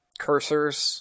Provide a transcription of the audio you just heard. cursors